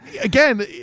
Again